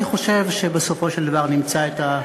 אני חושב שבסופו של דבר נמצא את,